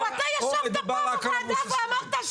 פה מדובר רק --- מתי ישבת פעם בוועדה ואמרת,